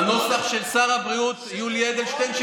בנוסח של שר הבריאות יולי אדלשטיין,